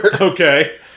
Okay